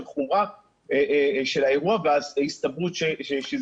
חומרה של האירוע ואז הסתברות שזה יתרחש.